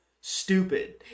stupid